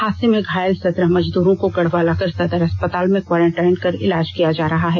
हादसे में घायल सत्रह मजदूरो को गढ़वा लाकर सदर अस्पताल में क्वारेंटाइन कर इलाज किया जा रहा है